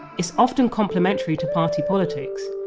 it's often complementary to party politics,